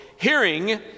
hearing